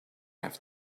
have